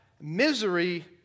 Misery